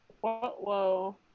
Whoa